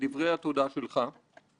אתה כיושב-ראש ועדת הכלכלה,